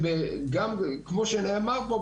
כמו שנאמר כאן,